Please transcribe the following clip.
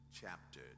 chapter